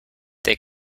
they